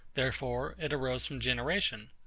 therefore it arose from generation.